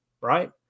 right